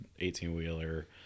18-wheeler